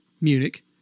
Munich